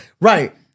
Right